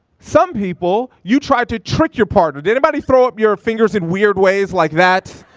some people, you tried to trick your partner. did anybody throw up your fingers in weird ways like that?